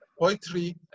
poetry